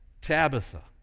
Tabitha